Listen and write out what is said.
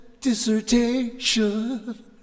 dissertation